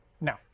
No